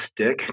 stick